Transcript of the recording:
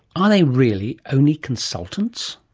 are they really only consultants?